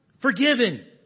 forgiven